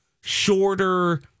shorter